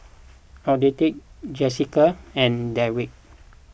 Odette Jesica and Darrick